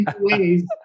ways